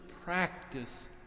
practice